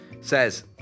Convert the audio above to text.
says